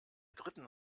dritten